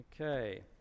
Okay